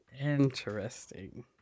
Interesting